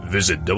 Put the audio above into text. Visit